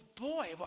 boy